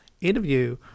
interview